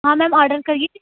ہاں ma'am order کریے